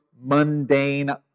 mundane